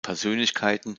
persönlichkeiten